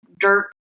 dirt